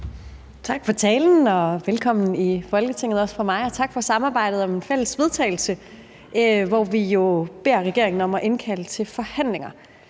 Tak for talen, velkommen i Folketinget også fra mig, og tak for samarbejdet om et fælles forslag til vedtagelse, hvor vi jo beder regeringen om at indkalde til forhandlinger.